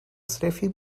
safely